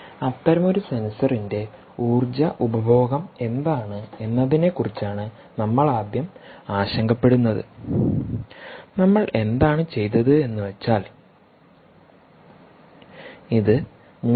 അത്തരമൊരു സെൻസറിന്റെ ഊർജ്ജ ഉപഭോഗം എന്താണ് എന്നതിനെക്കുറിച്ചാണ് നമ്മൾ ആദ്യം ആശങ്കപ്പെടുന്നത് നമ്മൾ എന്താണ് ചെയ്തത് എന്നുവച്ചാൽ ഇത് 3